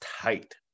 tight